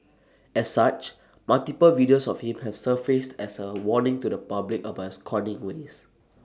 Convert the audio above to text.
as such multiple videos of him have surfaced as A warning to the public about his conning ways